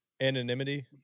anonymity